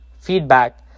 feedback